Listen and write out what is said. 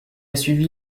suivi